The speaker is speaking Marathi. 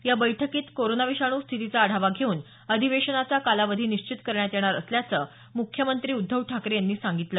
या बैठकीत कोरोना विषाणू स्थितीचा आढावा घेऊन अधिवेशनाचा कालावधी निश्चित करण्यात येणार असल्याचं मुख्यमंत्री उद्धव ठाकरे यांनी सांगितलं